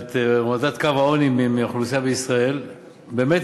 את האוכלוסייה בישראל מעל קו העוני,